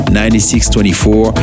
9624